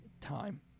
time